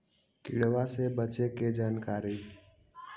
किड़बा से बचे के जानकारी?